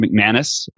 McManus